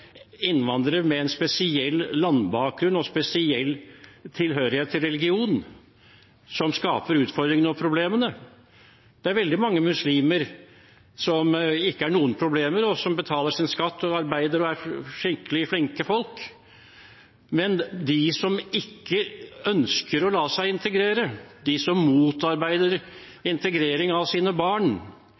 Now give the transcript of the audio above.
innvandrere med en spesiell landbakgrunn og spesiell tilhørighet til religion som skaper utfordringene og problemene. Det er veldig mange muslimer som det ikke er noen problemer med, og som betaler sin skatt, arbeider og er skikkelig flinke folk. Men det er noen som ikke ønsker å la seg integrere, som motarbeider integrering av sine barn,